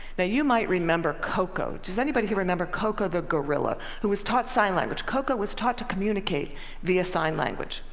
now you might remember koko. does anybody remember koko the gorilla who was taught sign language? koko was taught to communicate communicate via sign language.